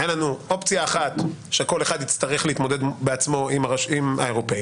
היה לנו אופציה אחת שכל אחד יצטרך להתמודד בעצמו עם האירופאים,